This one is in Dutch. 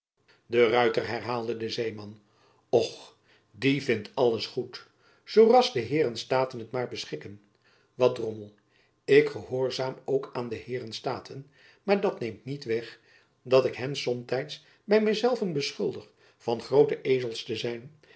de ruyter herhaalde de zeeman och die vindt alles goed zoo ras de heeren staten het maar beschikken wat drommel ik gehoorzaam ook aan de heeren staten maar dat neemt niet weg dat ik hen somtijds by myzelven beschuldig van groote ezels te zijn